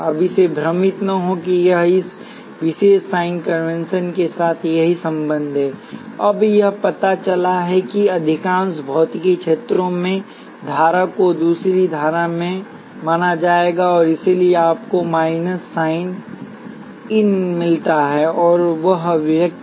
अब इससे भ्रमित न हों कि यह इस विशेष साइन कन्वेंशन के साथ सही संबंध है अब यह पता चला है कि अधिकांश भौतिकी पुस्तकों में धारा को दूसरी दिशा में माना जाएगा और इसीलिए आपको माइनस साइन इन मिलता है वह अभिव्यक्ति